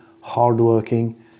hardworking